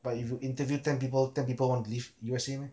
but if you interview ten people ten people want to leave U_S_A meh